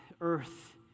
earth